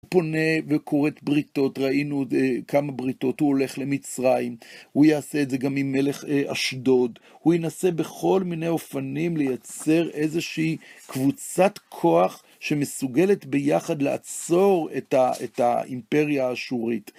הוא פונה וכורת בריתות, ראינו כמה בריתות, הוא הולך למצרים, הוא יעשה את זה גם עם מלך אשדוד, הוא ינסה בכל מיני אופנים לייצר איזושהי קבוצת כוח שמסוגלת ביחד לעצור את האימפריה האשורית.